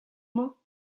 mañ